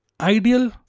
ideal